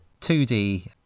2D